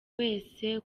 wese